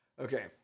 Okay